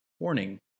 Warning